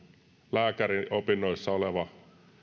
lääkäriopinnoissa olevalle